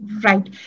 Right